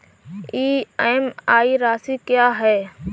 EMI राशि क्या है?